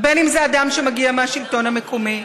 בין אם זה אדם שמגיע מהשלטון המקומי,